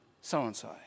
so-and-so